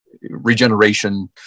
Regeneration